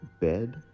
Bed